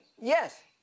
yes